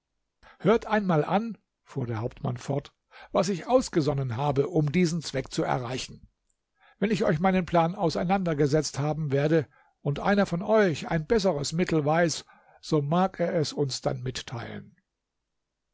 hört einmal an fuhr der hauptmann fort was ich ausgesonnen habe um diesen zweck zu erreichen wenn ich euch meinen plan auseinandergesetzt haben werde und einer von euch ein besseres mittel weiß so mag er es uns dann mitteilen